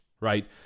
right